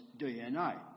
DNA